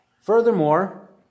Furthermore